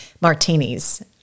martinis